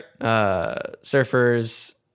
surfers